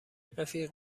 رفیق